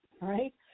right